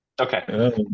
Okay